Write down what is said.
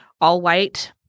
all-white